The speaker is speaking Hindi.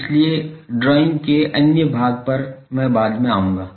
इसलिए ड्राइंग के अन्य भाग पर मैं बाद में आऊंगा